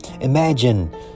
Imagine